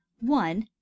one